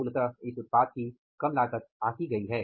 मूलतः इस उत्पाद की कम लागत आंकी गई है